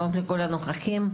שלום לכל הנוכחים,